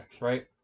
right